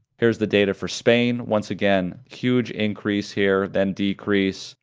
here's the data for spain. once again, huge increase here, then decrease,